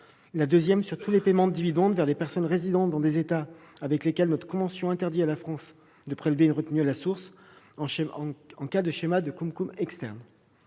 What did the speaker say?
la deuxième sur tous les paiements de dividendes vers des personnes résidant dans des États avec lesquels notre convention interdit à la France de prélever une retenue à la source, en cas de schéma de « CumCum » externe.